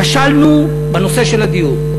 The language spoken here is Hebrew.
כשלנו בנושא של הדיור,